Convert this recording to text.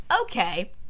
Okay